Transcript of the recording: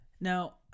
Now